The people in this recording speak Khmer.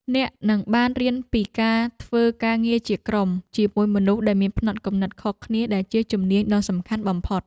អ្នកនឹងបានរៀនពីការធ្វើការងារជាក្រុមជាមួយមនុស្សដែលមានផ្នត់គំនិតខុសគ្នាដែលជាជំនាញដ៏សំខាន់បំផុត។